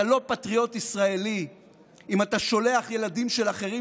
אתה לא פטריוט ישראלי אם אתה שולח ילדים של אחרים